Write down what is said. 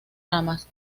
ramas